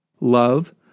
Love